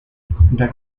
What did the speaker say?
the